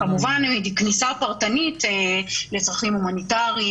כמובן כניסה פרטנית לצרכים הומניטריים,